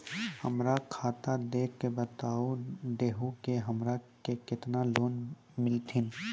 हमरा खाता देख के बता देहु के हमरा के केतना लोन मिलथिन?